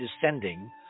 descending